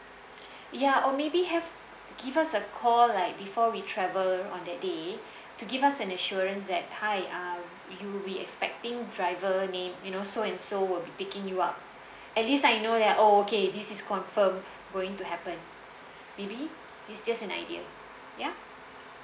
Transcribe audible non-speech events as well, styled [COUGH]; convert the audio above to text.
[BREATH] ya or maybe have give us a call like before we travel on that day to give us an assurance that hi uh you will be expecting driver name you know so and so will be picking you up at least I know that okay this is confirmed going to happen maybe it's just an idea ya